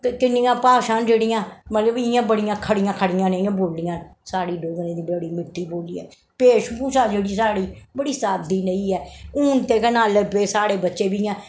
किन्नियां भाशां न जेह्ड़ियां मतलब इयां बड़ियां खड़ियां खड़ियां न इ'यां बोल्लियां न साढ़े डोगरें दी बड़ी मिट्टी बोल्ली ऐ भेश भूशा जेह्ड़ी साढ़ी बड़ी साद्दी नेही ऐ हून ते केह् नां लगे साढ़े बच्चे बी इ'यां